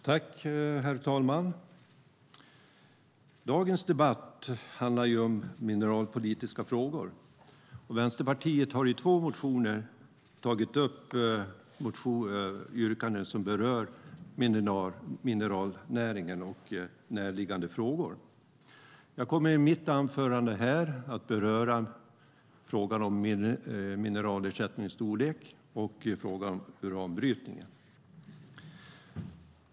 Herr talman! Dagens debatt handlar om mineralpolitiska frågor. Vänsterpartiet har i två motioner tagit upp yrkanden som berör mineralnäringen och närliggande frågor. Jag kommer i mitt anförande att beröra frågan om mineralersättningens storlek och frågan om uranbrytningen.